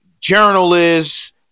journalists